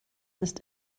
ist